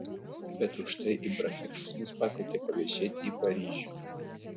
bet užtai ibrahimas mus pakvietė paviešėti į paryžių